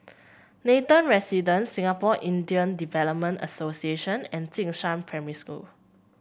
Nathan Residences Singapore Indian Development Association and Jing Shan Primary School